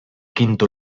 quinto